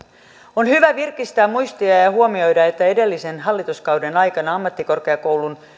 on hyvä virkistää muistia ja ja huomioida että edellisen hallituskauden aikana ammattikorkeakoulun